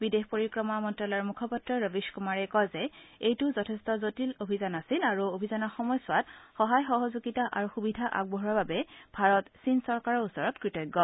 বিদেশ পৰিক্ৰমা মন্তালয়ৰ মুখপাত্ৰ ৰবীশ কুমাৰে কয় যে এইটো যথেষ্ট জটিল অভিযান আছিল আৰু অভিযানৰ সময়ছোৱাত সহায় সহযোগিতা আৰু সুবিধা আগবঢ়োৱাৰ বাবে ভাৰত চীন চৰকাৰৰ ওচৰত কৃতজ্ঞ